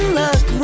look